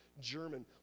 German